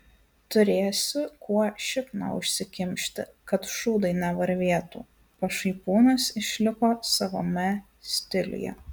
turėsi kuo šikną užsikimšti kad šūdai nevarvėtų pašaipūnas išliko savame stiliuje